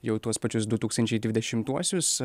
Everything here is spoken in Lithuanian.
jau į tuos pačius du tūkstančiai dvidešimtuosius